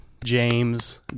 James